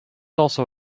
also